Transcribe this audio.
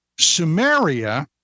Sumeria